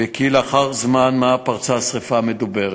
וכי לאחר זמן-מה פרצה השרפה המדוברת.